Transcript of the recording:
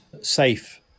safe